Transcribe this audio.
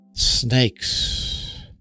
Snakes